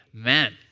amen